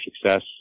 success